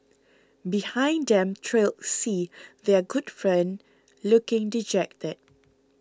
behind them trailed C their good friend looking dejected